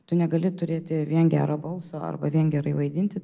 tu negali turėti vien gero balso arba vien gerai vaidinti